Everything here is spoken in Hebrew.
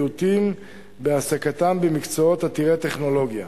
מיעוטים בהעסקתם במקצועות עתירי טכנולוגיה.